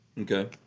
Okay